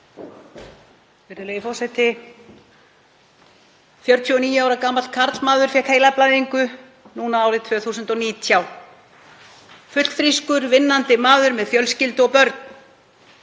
Virðulegi forseti. 49 ára gamall karlmaður fékk heilablæðingu árið 2019, fullfrískur vinnandi maður með fjölskyldu og börn.